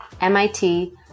MIT